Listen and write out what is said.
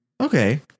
Okay